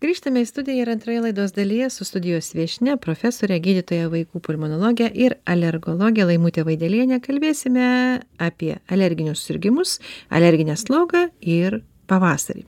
grįžtame į studiją ir antroje laidos dalyje su studijos viešnia profesore gydytoja vaikų pulmonologe ir alergologe laimute vaideliene kalbėsime apie alerginius susirgimus alerginę slogą ir pavasarį